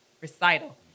recital